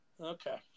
Okay